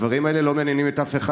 הדברים האלה לא מעניינים אף אחד.